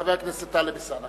וחבר הכנסת טלב אלסאנע.